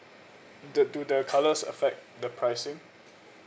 the do the colours affect the pricing